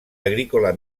agrícola